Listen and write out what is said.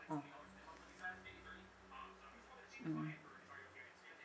ah mm